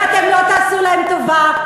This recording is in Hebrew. ואתם לא תעשו להן טובה,